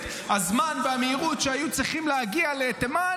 הזמן והמהירות שהיו צריכים להגיע לתימן,